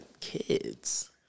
kids